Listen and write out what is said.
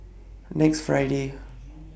next Friday